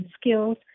skills